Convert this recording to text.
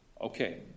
Okay